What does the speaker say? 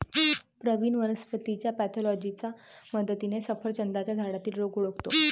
प्रवीण वनस्पतीच्या पॅथॉलॉजीच्या मदतीने सफरचंदाच्या झाडातील रोग ओळखतो